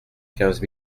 quinze